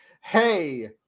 Hey